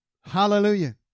Hallelujah